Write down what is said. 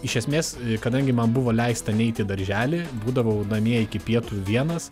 iš esmės kadangi man buvo leista neiti į darželį būdavau namie iki pietų vienas